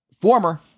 former